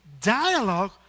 dialogue